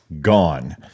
gone